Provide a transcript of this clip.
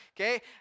Okay